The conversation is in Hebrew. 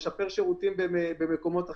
לשפר שירותים במקומות אחרים.